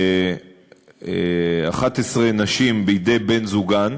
11 נשים בידי בני-זוגן.